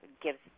gives